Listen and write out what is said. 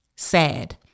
Sad